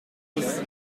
dix